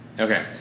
Okay